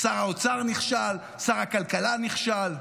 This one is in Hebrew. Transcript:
שר האוצר נכשל, שר הכלכלה נכשל.